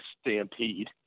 Stampede